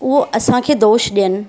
उहो असांखे दोषु ॾियनि